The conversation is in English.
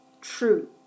true